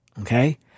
Okay